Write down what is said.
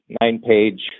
nine-page